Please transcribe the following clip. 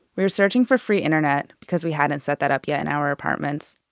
we were searching for free internet because we hadn't set that up yet in our apartments.